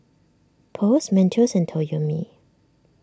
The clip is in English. Post Mentos and Toyomi